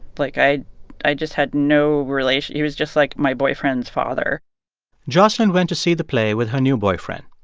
like, i i just had no relation. he was just, like, my boyfriend's father jocelyn went to see the play with her new boyfriend.